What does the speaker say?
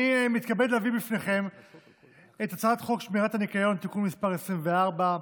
אני מתכבד להביא בפניכם את הצעת חוק שמירת הניקיון (תיקון מס' 24)